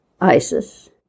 ISIS